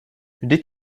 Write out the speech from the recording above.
vždyť